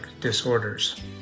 disorders